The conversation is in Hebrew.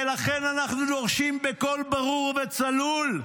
ולכן אנחנו דורשים בקול ברור וצלול: